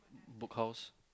Book House